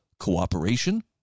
Cooperation